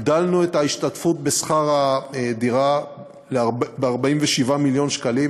הגדלנו את ההשתתפות בשכר הדירה ב-47 מיליון שקלים,